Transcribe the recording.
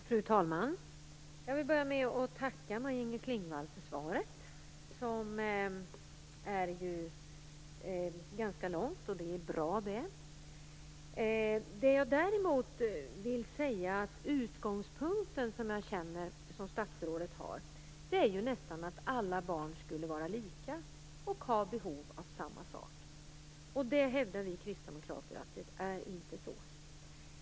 Fru talman! Jag vill börja med att tacka Maj-Inger Klingvall för svaret som ju är ganska långt, vilket är bra. Men statsrådets utgångspunkt är nästan att alla barn skulle vara lika och att de skulle ha behov av samma sak. Vi kristdemokrater hävdar att det inte är så.